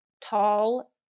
tall